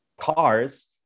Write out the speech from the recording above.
cars